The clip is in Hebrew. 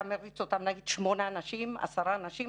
נגיד שמונה אנשים, עשרה אנשים.